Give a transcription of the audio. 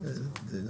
אם